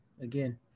again